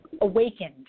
awakened